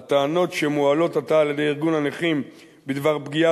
הטענות שמועלות עתה על-ידי ארגון הנכים בדבר פגיעה